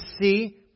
see